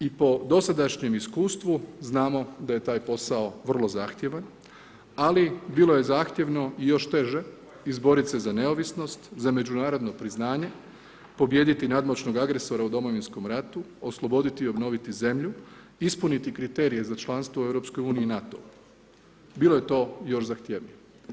I po dosadašnjem iskustvu, znamo da je taj posao vrlo zahtjevan, ali bilo je zahtjevno i još teže izboriti se za neovisnost, za međunarodno priznanje, pobijediti nadmoćnog agresora u Domovinskom ratu, osloboditi i obnoviti zemlju, ispuniti kriterije za članstvo u EU i NATO-u, bilo je to još zahtjevnije.